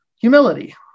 humility